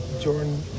Jordan